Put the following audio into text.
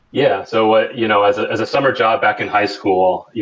yeah. so ah you know as ah as a summer job back in high school, yeah